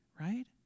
right